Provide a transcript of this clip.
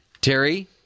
Terry